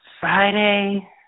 Friday